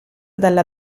dalla